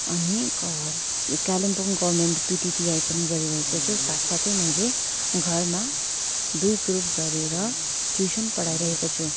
अनि Kalimpong government PTTI पनि गरिरहेको छु साथ साथै मैले घरमा दुई ग्रुप गरेर ट्युसन पढाइरहेको छु